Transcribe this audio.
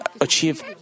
achieve